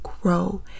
grow